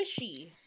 squishy